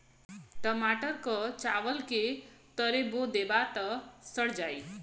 टमाटर क चावल के तरे बो देबा त सड़ जाई